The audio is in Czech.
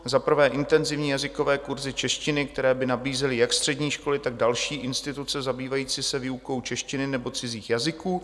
Za prvé, intenzivní jazykové kurzy češtiny, které by nabízely jak střední školy, tak další instituce zabývající se výukou češtiny nebo cizích jazyků.